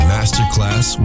Masterclass